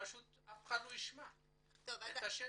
אף אחד לא ישמע את השני.